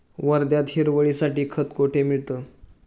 वर्ध्यात हिरवळीसाठी खत कोठे मिळतं?